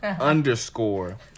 underscore